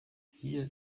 hier